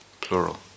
plural